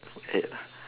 eight lah